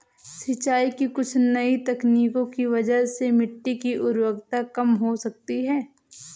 सिंचाई की कुछ नई तकनीकों की वजह से मिट्टी की उर्वरता कम हो सकती है